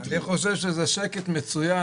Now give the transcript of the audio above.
אני חושב שזה שקט מצוין,